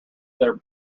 there